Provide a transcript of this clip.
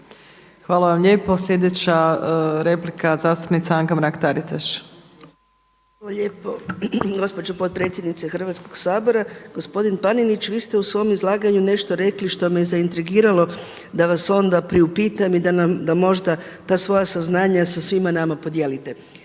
Hvala vam lijepa. Slijedeća replika zastupnica Anka Mrak-Taritaš. **Mrak-Taritaš, Anka (HNS)** Hvala lijepo. Gospođo potpredsjednice Hrvatskoga sabora! Gospodine Panenić, vi ste u svom izlaganju nešto rekli što me zaintrigiralo da vas onda priupitam i da možda ta svoja saznanja sa svima nama podijelite.